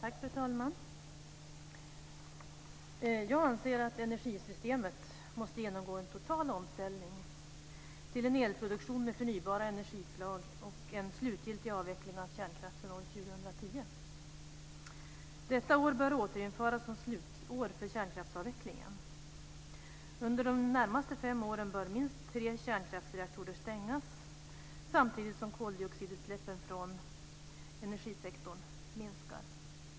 Fru talman! Jag anser att energisystemet måste genomgå en total omställning till en elproduktion med förnybara energislag och en slutgiltig avveckling av kärnkraften år 2010. Detta år bör återinföras som slutår för kärnkraftsavvecklingen. Under de närmaste fem åren bör minst tre kärnkraftsreaktorer stängas, samtidigt som koldioxidutsläppen från energisektorn minskar.